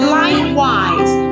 likewise